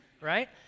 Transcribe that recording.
right